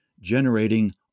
generating